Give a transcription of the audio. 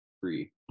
free